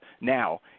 now